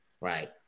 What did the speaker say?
right